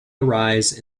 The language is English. arise